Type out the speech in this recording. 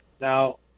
Now